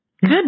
Good